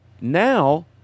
Now